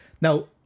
Now